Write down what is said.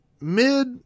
mid